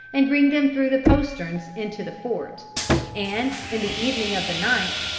and bring them through the posterns into the fort and in the evening of the ninth,